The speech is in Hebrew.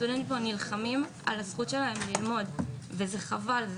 הסטודנטים נלחמים על הזכות שלהם ללמוד, וזה חבל.